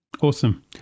awesome